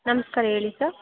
ನಮಸ್ಕಾರ ಹೇಳಿ ಸರ್